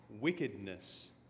wickedness